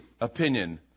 opinion